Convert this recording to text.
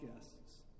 guests